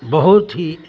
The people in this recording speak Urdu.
بہت ہی